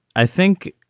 i think,